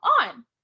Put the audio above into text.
on